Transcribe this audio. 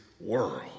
world